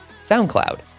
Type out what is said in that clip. SoundCloud